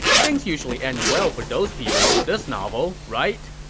things usually end well for those people in this novel, right?